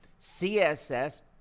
CSS